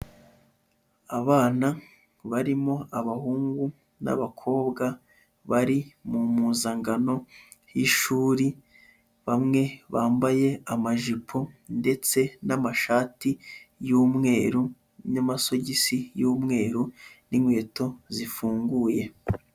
Abana barimo abahungu n'abakobwa, bari mupuzangano y'ishuri, bamwe bambaye amajipo ndetse n'amashati y'umweru, n'amasogisi y'umweru, n'inkweto zifunguye.